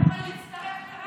אתה יכול להצטרף לרע"מ,